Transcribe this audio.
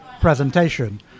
presentation